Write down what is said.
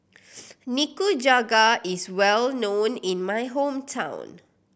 nikujaga is well known in my hometown